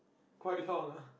quite long ah